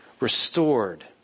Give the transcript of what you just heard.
restored